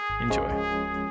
Enjoy